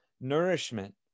nourishment